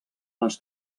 les